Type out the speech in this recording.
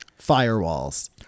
Firewalls